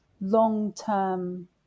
long-term